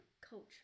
culture